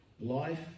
Life